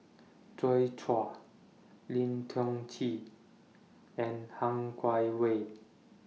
Joi Chua Lim Tiong Ghee and Han Guangwei